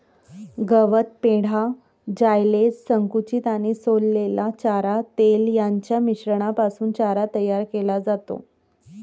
गवत, पेंढा, सायलेज, संकुचित आणि सोललेला चारा, तेल यांच्या मिश्रणापासून चारा तयार केला जातो